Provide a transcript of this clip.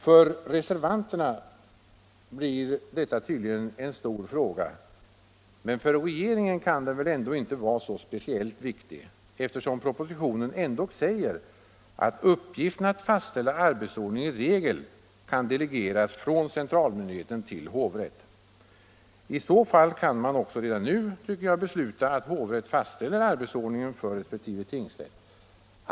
För reservanterna blir detta tydligen en stor fråga, men för regeringen kan den väl ändå inte vara så speciellt viktig, eftersom propositionen ändock säger att uppgiften att fastställa arbetsordning i regel kan delegeras från centralmyndigheten till hovrätt. I så fall kan man också redan nu besluta att hovrätt fastställer arbetsordningen för resp. tingsrätter.